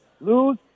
Lose